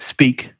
Speak